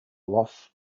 lough